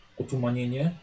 otumanienie